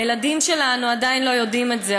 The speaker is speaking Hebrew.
הילדים שלנו עדיין לא יודעים את זה,